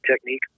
technique